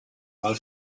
mal